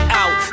out